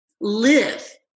live